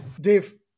Dave